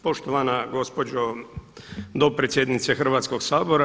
Poštovana gospođo dopredsjednice Hrvatskoga sabora.